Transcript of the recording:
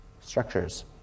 structures